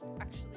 actually-